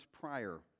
prior